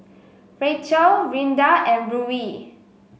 Rachel Rinda and Ruie